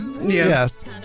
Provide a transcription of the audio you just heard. Yes